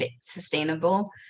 sustainable